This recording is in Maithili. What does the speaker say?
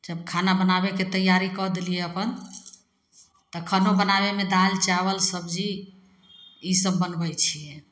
जब खाना बनाबैके तैआरी कऽ देलिए अपन तऽ खानो बनाबैमे दालि चावल सबजी ईसब बनबै छिए